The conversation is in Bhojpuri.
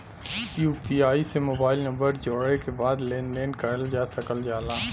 यू.पी.आई से मोबाइल नंबर जोड़ले के बाद लेन देन करल जा सकल जाला